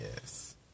Yes